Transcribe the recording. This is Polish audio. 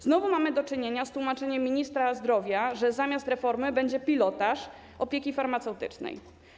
Znowu mamy do czynienia z tłumaczeniem ministra zdrowia, że zamiast reformy będzie pilotaż opieki farmaceutycznej.